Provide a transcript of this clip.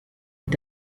und